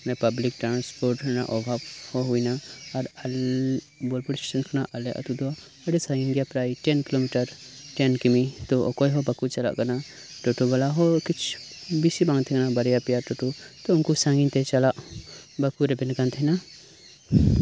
public transport ᱨᱮᱱᱟᱜ ᱚᱵᱷᱟᱵᱽ ᱦᱚᱸ ᱦᱳᱭ ᱮᱱᱟ ᱟᱨ ᱟᱞ ᱵᱳᱞᱯᱩᱨ ᱠᱷᱚᱱᱟᱜ ᱟᱞᱮ ᱟᱹᱛᱳ ᱟᱹᱰᱤ ᱥᱟᱹᱜᱤᱧ ᱜᱮᱭᱟ ᱯᱨᱟᱭ ᱴᱮᱱ ᱠᱤᱞᱳᱢᱤᱴᱟᱨ ᱴᱮᱱ ᱠᱤᱢᱤ ᱛᱚ ᱚᱠᱚᱭ ᱦᱚᱸ ᱵᱟᱠᱚ ᱪᱟᱞᱟᱜ ᱠᱟᱱᱟ ᱴᱳᱴᱳ ᱵᱟᱞᱟ ᱦᱚᱸ ᱵᱤᱥᱤ ᱵᱟᱝ ᱛᱟᱦᱮᱸ ᱠᱟᱱᱟ ᱵᱟᱨᱭᱟ ᱯᱮᱭᱟ ᱴᱳᱴᱳ ᱩᱱᱠᱩ ᱥᱟᱹᱜᱤᱧ ᱛᱮ ᱪᱟᱞᱟᱜ ᱵᱟᱠᱚ ᱨᱮᱵᱮᱱ ᱠᱟᱱ ᱛᱟᱦᱮᱱᱟ